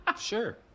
Sure